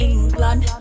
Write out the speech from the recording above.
England